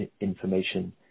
information